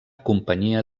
companyia